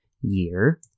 year